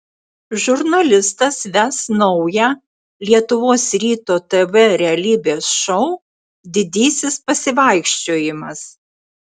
žurnalistas ves naują lietuvos ryto tv realybės šou didysis pasivaikščiojimas